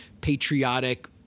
patriotic